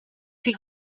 sie